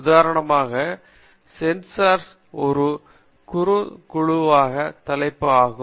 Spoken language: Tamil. உதாரணமாக சென்சார் ஒரு குறுங்குழுவாத தலைப்பு ஆகும்